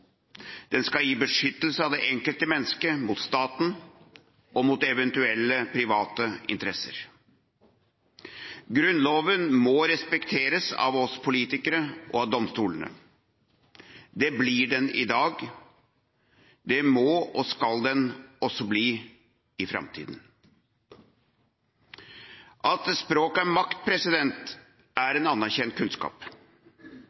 Den skal gi beskyttelse til det enkelte menneske mot staten og mot eventuelle private interesser. Grunnloven må respekteres av oss politikere og av domstolene. Det blir den i dag. Det må og skal den også bli i framtiden. At språk er makt,